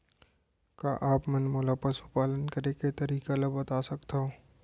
का आप मन मोला पशुपालन करे के तरीका ल बता सकथव?